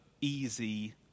easy